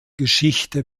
geschichte